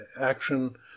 action